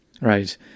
Right